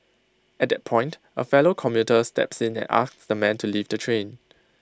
at that point A fellow commuter steps in and asks the man to leave the train